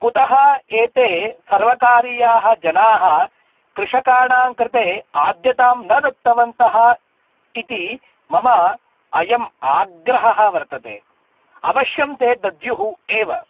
कुतः एते सर्वकारीयाः जनाः कृषकाणां कृते आद्यतां न दत्तवन्तः इति मम अयम् आग्रहः वर्तते अवश्यं ते दद्युः एव